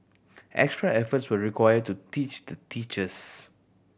extra efforts were required to teach the teachers